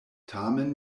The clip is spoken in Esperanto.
tamen